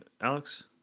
Alex